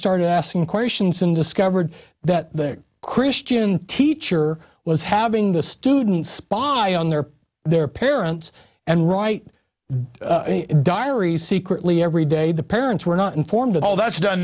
started asking questions and discovered that the christian teacher was having the students spot on their their parents and right diary secretly every day the parents were not informed at all that